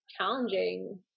challenging